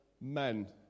men